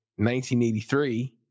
1983